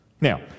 Now